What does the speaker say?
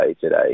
today